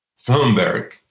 Thunberg